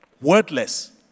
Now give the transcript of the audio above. wordless